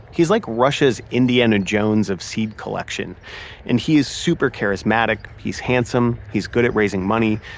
he's like russia's indiana jones of seed collection and he's super charismatic. he's handsome. he's good at raising money.